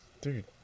Dude